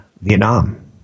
Vietnam